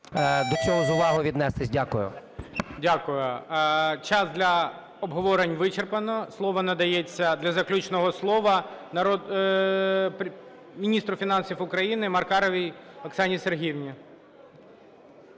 до цього з увагою віднестись. Дякую. ГОЛОВУЮЧИЙ. Дякую. Час для обговорення вичерпано. Слово надається для заключного слова міністру фінансів України Маркаровій Оксані Сергіївні.